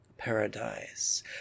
paradise